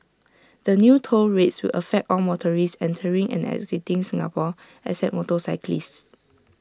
the new toll rates will affect all motorists entering and exiting Singapore except motorcyclists